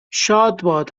شادباد